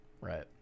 Right